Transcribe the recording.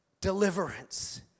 deliverance